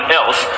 else